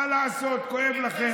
מה לעשות, כואב לכם.